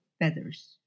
feathers